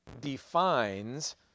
defines